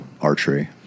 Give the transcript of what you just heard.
archery